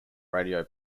radio